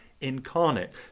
incarnate